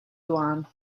yuan